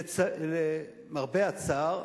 שלמרבה הצער,